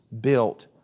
built